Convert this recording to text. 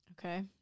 Okay